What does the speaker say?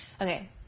Okay